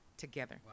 together